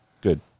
good